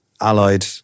allied